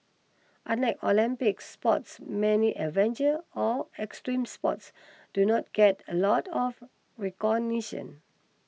unlike Olympic sports many adventure or extreme sports do not get a lot of recognition